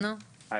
אנחנו מאוד שמחים,